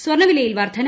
സ്വർണ്ണവിലയിൽ വർദ്ധന